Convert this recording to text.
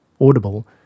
audible